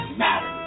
matter